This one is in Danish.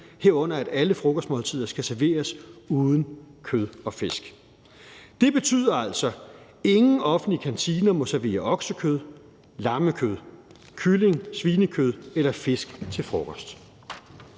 herunder at alle frokostmåltider skal serveres uden kød og fisk. Det betyder altså, at ingen offentlige kantiner må servere oksekød, lammekød, kylling, svinekød eller fisk til frokost.